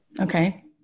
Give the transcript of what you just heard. okay